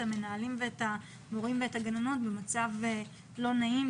המנהלים ואת המורים ואת הגננות במצב לא נעים,